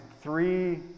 three